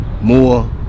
more